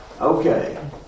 Okay